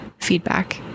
feedback